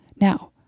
Now